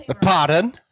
Pardon